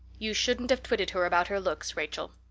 you shouldn't have twitted her about her looks, rachel.